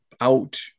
out